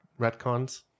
retcons